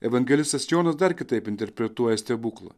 evangelistas jonas dar kitaip interpretuoja stebuklą